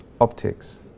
optics